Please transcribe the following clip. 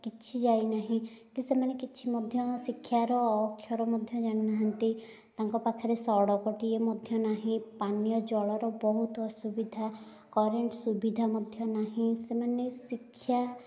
କିଛି ଯାଇନାହିଁ କି ସେମାନେ କିଛି ମଧ୍ୟ ଶିକ୍ଷାର ଅ ଅକ୍ଷର ମଧ୍ୟ ଜାଣିନାହାନ୍ତି ତାଙ୍କ ପାଖରେ ସଡ଼କଟିଏ ମଧ୍ୟ ନାହିଁ ପାନୀୟ ଜଳର ବହୁତ ଅସୁବିଧା କରେଣ୍ଟ ସୁବିଧା ମଧ୍ୟ ନାହିଁ ସେମାନେ ଶିକ୍ଷା